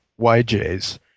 YJs